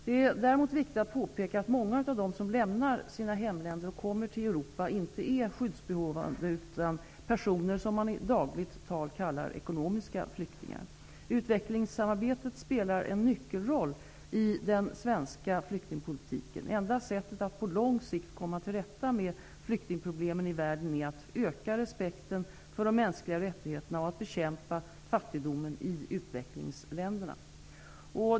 Det är däremot viktigt att påpeka att många av dem som lämnar sina hemländer och kommer till Europa inte är skyddsbehövande utan personer som man i dagligt tal kallar ekonomiska flyktingar. Utvecklingssamarbetet spelar en nyckelroll i den svenska flyktingpolitiken. Enda sättet att på lång sikt komma till rätta med flyktingproblemen i världen är att öka respekten för de mänskliga rättigheterna och att bekämpa fattigdomen i utvecklingsländerna.